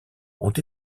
ont